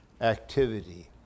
activity